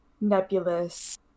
nebulous